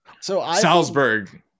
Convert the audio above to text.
Salzburg